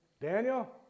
Daniel